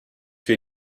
wir